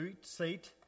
seat